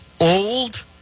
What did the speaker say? Old